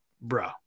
bro